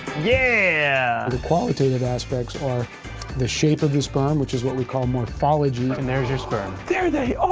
yeah! the qualitative aspects are the shape of the sperm, which is what we call morphology. and there's your sperm. there they are,